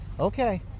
Okay